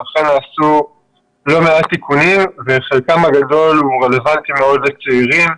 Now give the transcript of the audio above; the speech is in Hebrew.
ועכשיו נעשו לא מעט תיקונים שחלקם הגדול רלוונטי מאוד לצעירים.